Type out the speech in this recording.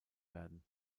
werden